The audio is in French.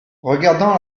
regardant